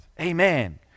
Amen